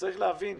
צריך להבין,